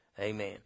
Amen